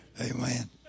Amen